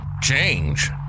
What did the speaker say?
change